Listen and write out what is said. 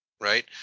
Right